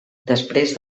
després